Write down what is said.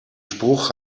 spruch